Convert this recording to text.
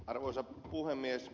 arvoisa puhemies